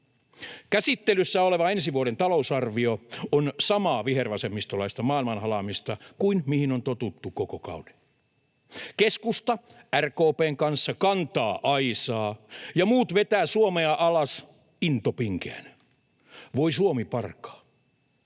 Käsittelyssä oleva ensi vuoden talousarvio on samaa vihervasemmistolaista maailmanhalaamista kuin mihin on totuttu koko kauden ajan. Keskusta RKP:n kanssa kantaa aisaa, ja muut vetävät Suomea alas into pinkeänä. Voi Suomi parkaa.